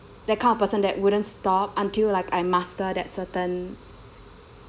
that kind of person that wouldn't stop until like I master that certain